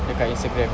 dekat Instagram